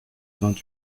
vingt